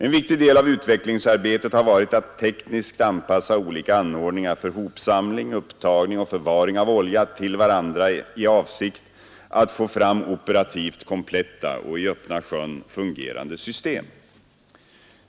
En viktig del av utvecklingsarbetet har varit att tekniskt anpassa olika anordningar för hopsamling, upptagning och förvaring av olja till varandra i avsikt att få fram operativt kompletta och i öppna sjön fungerande system.